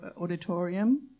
auditorium